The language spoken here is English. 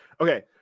Okay